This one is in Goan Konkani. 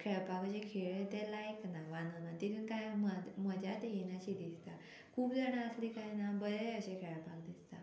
खेळपाक अशे खेळ ते लायक ना वान ऑन वान तितून कांय मजात येयना अशें दिसता खूब जाणां आसली काय ना बरें अशें खेळपाक दिसता